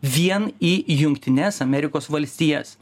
vien į jungtines amerikos valstijas